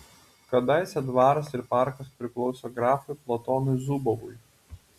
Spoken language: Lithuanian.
kadaise dvaras ir parkas priklausė grafui platonui zubovui